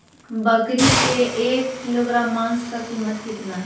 बकरी के एक किलोग्राम मांस का कीमत कितना है?